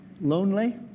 lonely